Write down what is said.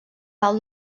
alt